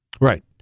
Right